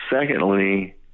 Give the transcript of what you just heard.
Secondly